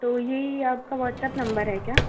तो ये आपका व्हाट्सप्प नंबर है क्या